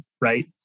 right